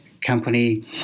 company